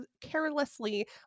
carelessly